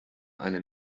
eine